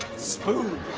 smooth.